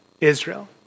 Israel